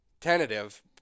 tentative